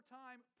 time